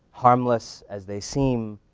harmless as they seem,